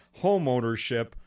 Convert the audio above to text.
homeownership